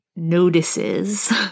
Notices